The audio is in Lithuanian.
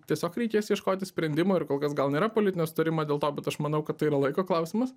tiesiog reikės ieškoti sprendimo ir kol kas gal nėra politinio sutarimo dėl to bet aš manau kad tai yra laiko klausimas